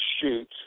shoot